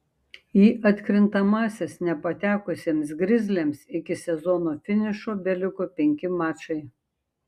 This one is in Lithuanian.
į atkrintamąsias nepatekusiems grizliams iki sezono finišo beliko penki mačai